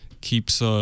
keeps